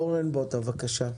אורן בוטא, בבקשה.